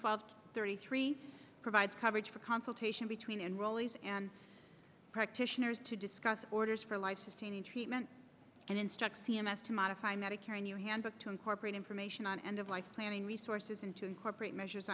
twelve thirty three provides coverage for consultation between enrollees and practitioners to discuss orders for life sustaining treatment and instruct c m s to modify medicare a new handbook to incorporate information on end of life planning resources and to incorporate measures